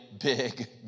big